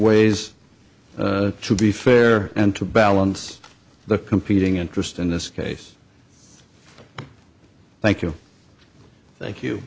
ways to be fair and to balance the competing interest in this case thank you thank you